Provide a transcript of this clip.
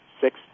six